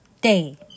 day